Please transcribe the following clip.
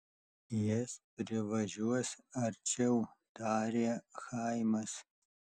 jis privažiuos arčiau tarė chaimas